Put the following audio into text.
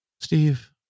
Steve